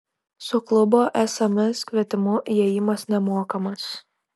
su klubo sms kvietimu įėjimas nemokamas